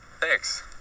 Thanks